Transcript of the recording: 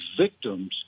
victims